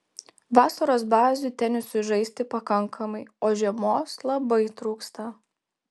vasaros bazių tenisui žaisti pakankamai o žiemos labai trūksta